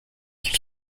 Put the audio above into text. qu’il